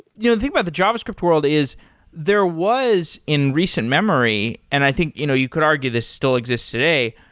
you know the thing about the javascript world is there was in recent memory and i think, you know you could argue this still exists today,